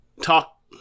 talk